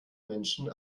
menschen